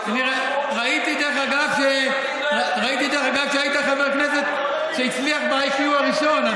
אתה בין הדוברים.